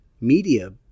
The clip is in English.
media